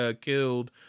killed